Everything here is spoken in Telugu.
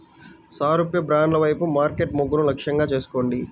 సారూప్య బ్రాండ్ల వైపు మార్కెట్ మొగ్గును లక్ష్యంగా చేసుకోండి